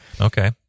Okay